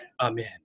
Amen